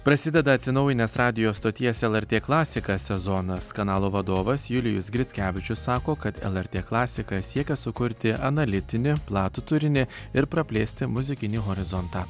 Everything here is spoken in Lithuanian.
prasideda atsinaujinęs radijo stoties lrt klasika sezonas kanalo vadovas julijus grickevičius sako kad lrt klasika siekia sukurti analitinį platų turinį ir praplėsti muzikinį horizontą